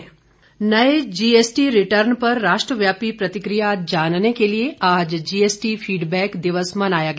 GST दिवस नये GST return पर राष्ट्रव्यापी प्रतिक्रिया जानने के लिये आज जीएसटी फीडबैक दिवस मनाया गया